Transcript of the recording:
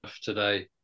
today